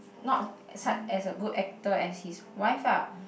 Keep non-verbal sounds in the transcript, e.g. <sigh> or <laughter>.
not <noise> as a good actor as his wife ah